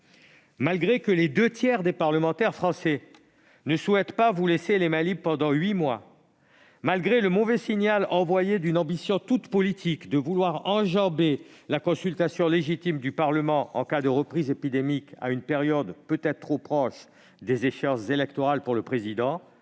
la réticence des deux tiers des parlementaires à vous laisser les mains libres pendant huit mois, malgré le mauvais signal envoyé d'un désir tout politique d'enjamber la consultation légitime du Parlement en cas de reprise épidémique à une période peut être trop proche des échéances électorales aux yeux du président,